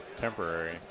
temporary